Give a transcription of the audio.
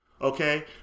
Okay